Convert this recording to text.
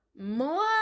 More